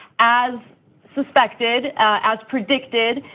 as suspected, as predicted,